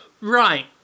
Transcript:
Right